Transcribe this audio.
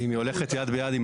אם היא הולכת יד ביד עם